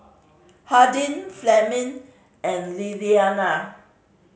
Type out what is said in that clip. Hardin Fleming and Lillianna